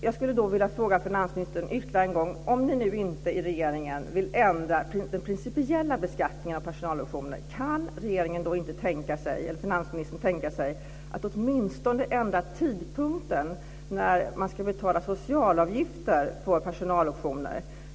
Jag skulle då vilja fråga finansministern ytterligare en gång: Om regeringen nu inte vill ändra den principiella beskattningen av personaloptioner, kan inte finansministern då tänka sig att åtminstone ändra tidpunkten för betalning av socialavgifter för personaloptioner?